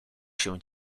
się